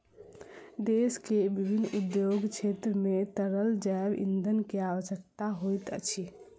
देश के विभिन्न उद्योग क्षेत्र मे तरल जैव ईंधन के आवश्यकता होइत अछि